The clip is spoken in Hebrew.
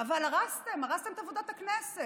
אבל הרסתם, הרסתם את עבודת הכנסת.